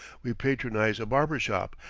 we patronize a barber-shop,